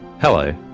hello,